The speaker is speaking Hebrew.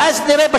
ואז נראה,